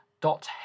dot